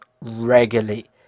regularly